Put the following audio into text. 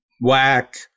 whack